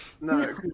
No